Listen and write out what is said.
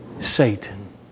Satan